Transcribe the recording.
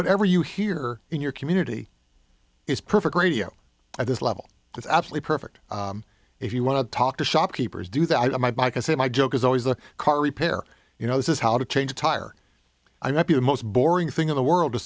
whatever you hear in your community is perfect radio at this level it's absolutely perfect if you want to talk to shopkeepers do that i mike i say my job is always a car repair you know this is how to change a tire i might be the most boring thing in the world to